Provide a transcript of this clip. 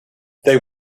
they